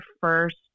first